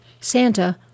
Santa